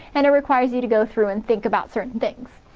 and it requires you to go through and think about certain things.